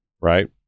right